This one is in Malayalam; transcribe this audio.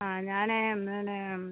ആ ഞാൻ പിന്നെ